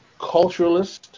culturalist